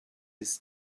his